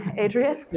adrian? yes,